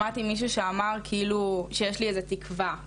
שמעתי מישהו שאמר כאילו שיש לי איזו תקווה.